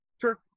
Sure